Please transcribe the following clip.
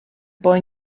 boy